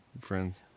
friends